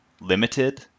limited